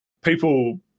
people